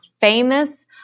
famous